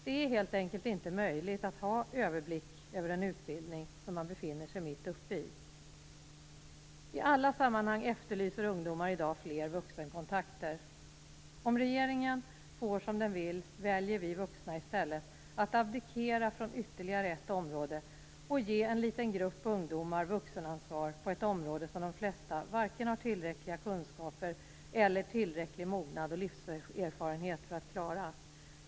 Det är helt enkelt inte möjligt att ha överblick över en utbildning som befinner sig mitt uppe i. I alla sammanhang efterlyser ungdomar i dag fler vuxenkontakter. Om regeringen får som den vill väljer vi vuxna i stället att abdikera från ytterligare ett område och ge en liten grupp ungdomar vuxenansvar på ett område som de flesta varken har tillräckliga kunskaper eller tillräcklig mognad och livserfarenhet för att klara.